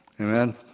amen